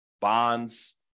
bonds